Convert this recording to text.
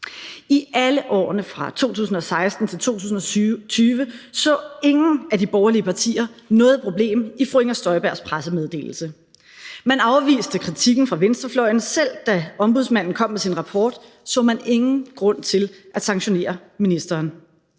I alle årene fra 2016 til 2020 så ingen af de borgerlige partier noget problem i fru Inger Støjbergs pressemeddelelse. Man afviste kritikken fra venstrefløjen, og selv da Ombudsmanden kom med sin rapport, så man ingen grund til at sanktionere ministeren.